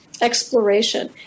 exploration